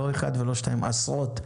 עשרות.